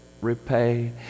repay